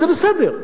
וזה בסדר.